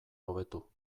hobetu